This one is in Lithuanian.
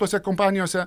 tose kompanijose